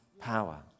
power